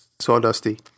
sawdusty